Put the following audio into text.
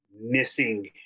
missing